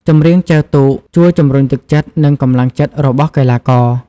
ចម្រៀងចែវទូកជួយ ជំរុញទឹកចិត្ត និងកម្លាំងចិត្តរបស់កីឡាករ។